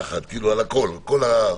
הכול.